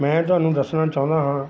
ਮੈਂ ਤੁਹਾਨੂੰ ਦੱਸਣਾ ਚਾਹੁੰਦਾ ਹਾਂ